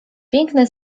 piękny